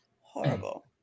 horrible